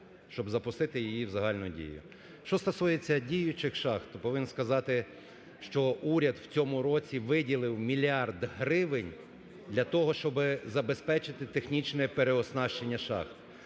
щоб запустити її в загальну дію. Що стосується діючих шахт, то повинен сказати, що уряд в цьому році виділив мільярд гривень для того, щоб забезпечити технічне переоснащення шахт.